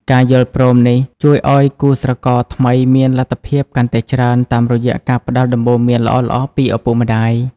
ការយល់ព្រមនេះជួយឱ្យគូស្រករថ្មីមានលទ្ធភាពកាន់តែច្រើន តាមរយៈការផ្ដល់ដំបូន្មានល្អៗពីឪពុកម្ដាយ។